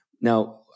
Now